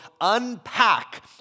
unpack